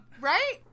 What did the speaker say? Right